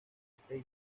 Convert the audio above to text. station